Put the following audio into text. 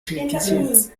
traditions